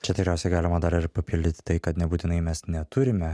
čia tikriausiai galima dar ir papildyti tai kad nebūtinai mes neturime